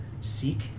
seek